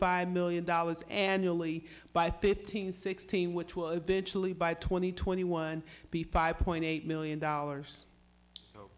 five million dollars annually by pitting sixteen which will eventually buy twenty twenty one p five point eight million dollars